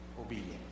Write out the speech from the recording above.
obedient